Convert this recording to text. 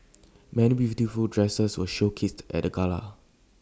many beautiful dresses were showcased at the gala